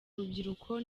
rubyiruko